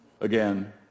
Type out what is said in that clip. again